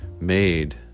made